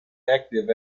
active